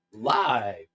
live